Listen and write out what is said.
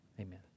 Amen